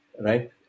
right